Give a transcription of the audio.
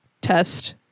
test